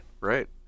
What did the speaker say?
Right